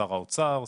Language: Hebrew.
שר האוצר,